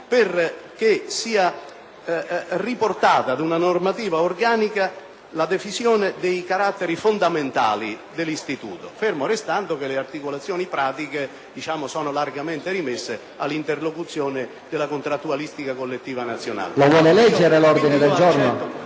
perché sia riportata ad una normativa organica la decisione dei caratteri fondamentali dell'istituto, fermo restando che le articolazioni pratiche sono largamente rimesse alla interlocuzione della contrattualistica collettiva nazionale.